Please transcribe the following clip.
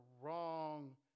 wrong